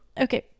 Okay